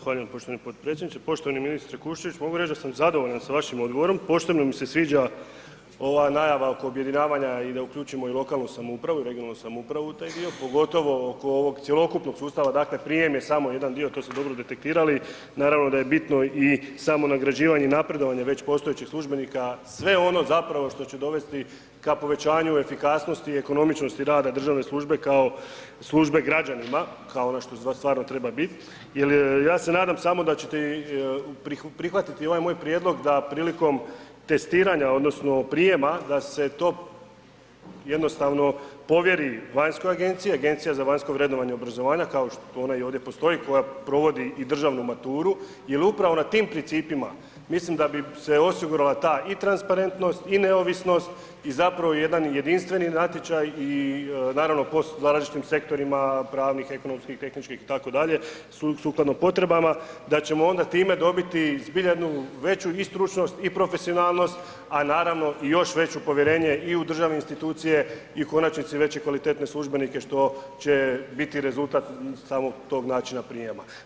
Zahvaljujem gospodine potpredsjedniče, poštovani ministre Kuščević mogu reći da sam zadovoljan sa vašim odgovorom, posebno mi se sviđa ova najava oko objedinjavanja i da uključimo i lokalnu samoupravu i regionalnu samoupravu taj dio, pogotovo oko ovog cjelokupnog sustava, dakle prijem je samo jedan dio to ste dobro detektirali, naravno da je bitno i samo nagrađivanje i napredovanje već postojećih službenika, sve ono zapravo što će dovesti ka povećanju efikasnosti i ekonomičnosti rada državne službe kao službe građanima, kao ono što stvarno treba bit, jel ja se nadam samo da ćete prihvatiti ovaj moj prijedlog da prilikom testiranja odnosno prijma da se to jednostavno povjeri vanjskoj agenciji, agencija za vanjsko vrednovanje i obrazovanja, kao što to ona i ovdje postoji, koja provodi i državnu maturu, jer upravo na tim principima mislim da bi se osigurala i ta transparentnost i neovisnost i zapravo jedan jedinstveni natječaj i naravno po različitim sektorima pravnih, ekonomskih, tehničkih itd., sukladno potrebama, da ćemo onda time dobiti zbilja jednu veću i stručnost i profesionalnost, a naravno i još veće povjerenje i u državne institucije i u konačnici veće i kvalitetne službenike što će biti rezultat samog tog načina prijma.